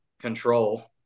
control